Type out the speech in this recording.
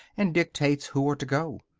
and dictates who are to go?